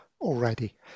already